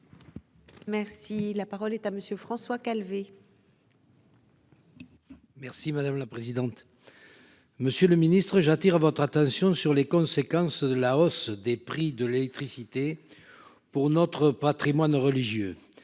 Merci la parole est à monsieur François Calvet. Merci madame la présidente. Monsieur le Ministre, j'attire votre attention sur les conséquences de la hausse des prix de l'électricité. Pour notre Patrimoine religieux.